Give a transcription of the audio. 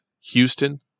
Houston